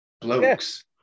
blokes